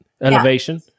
elevation